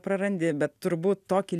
prarandi bet turbūt tokį